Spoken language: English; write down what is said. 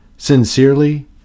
Sincerely